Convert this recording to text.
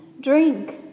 drink